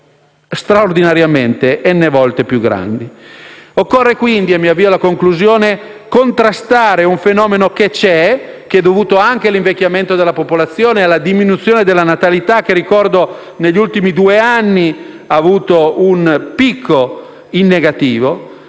straordinariamente più grandi. Occorre quindi - e mi avvio alla conclusione - contrastare un fenomeno che esiste, dovuto anche all'invecchiamento della popolazione e alla diminuzione della natalità, che ricordo negli ultimi due anni ha avuto un picco in negativo,